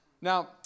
Now